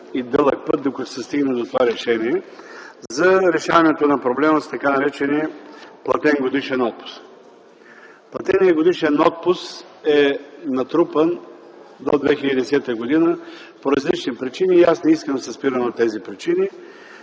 и дълъг път докато се стигне до това решение – за решаването на проблема с така наречения платен годишен отпуск. Платеният годишен отпуск е натрупан до 2010 г. по различни причини. Аз не искам да се спирам на тези причини.